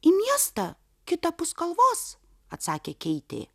į miestą kitapus kalvos atsakė keitė